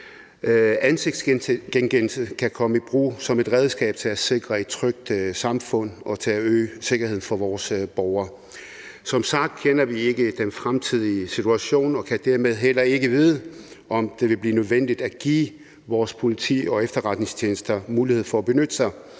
Ansigtsgenkendelse kan komme i brug som et redskab til at sikre et trygt samfund og til at øge sikkerheden for vores borgere. Som sagt kender vi ikke den fremtidige situation og kan dermed heller ikke vide, om det vil blive nødvendigt at give vores politi og efterretningstjenester mulighed for at benytte sig